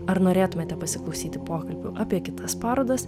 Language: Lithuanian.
ar norėtumėte pasiklausyti pokalbių apie kitas parodas